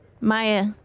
Maya